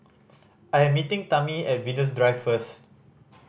I am meeting Tami at Venus Drive first